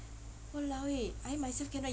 !walao! eh I myself cannot